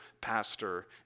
pastor